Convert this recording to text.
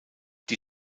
die